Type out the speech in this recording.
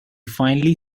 finally